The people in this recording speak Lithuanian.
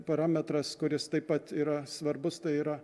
parametras kuris taip pat yra svarbus tai yra